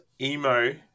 emo